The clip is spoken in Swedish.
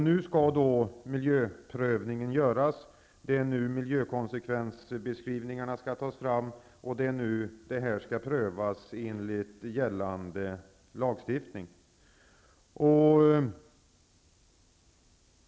Nu skall miljöprövningen göras, miljökonsekvensbeskrivningarna tas fram och frågan prövas enligt gällande lagstiftning.